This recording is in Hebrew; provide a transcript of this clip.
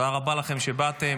תודה רבה לכם שבאתם.